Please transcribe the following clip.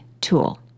tool